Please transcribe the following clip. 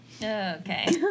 Okay